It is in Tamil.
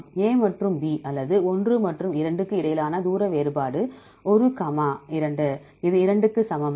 A மற்றும் B அல்லது 1 மற்றும் 2 க்கு இடையிலான தூர வேறுபாடு ஒரு கமா இரண்டு இது 2 க்கு சமம்